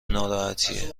ناراحتیه